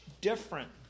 different